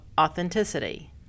authenticity